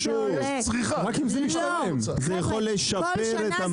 זה יכול לשפר את המצב.